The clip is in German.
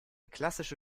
klassische